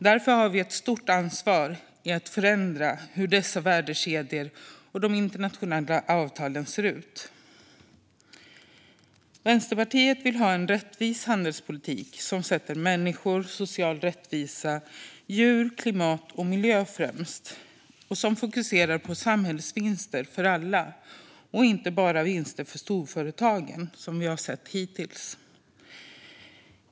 Vi har därför ett stort ansvar när det gäller att förändra hur dessa värdekedjor och de internationella avtalen ser ut. Vänsterpartiet vill ha en rättvis handelspolitik som sätter människor, social rättvisa, djur, klimat och miljö främst och som fokuserar på samhällsvinster för alla, inte bara på vinster för storföretag, som vi ju har sett hittills.